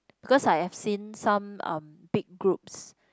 cause I have seen some uh big groups